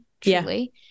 truly